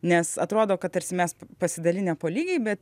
nes atrodo kad tarsi mes pasidalinę po lygiai bet